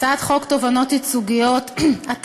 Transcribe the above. הצעת חוק תובענות ייצוגיות (תיקון,